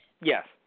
yes